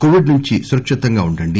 Covid నుంచి సురక్షితంగా ఉండండి